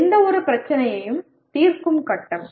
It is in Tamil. எந்தவொரு பிரச்சினையையும் தீர்க்கும் கட்டம்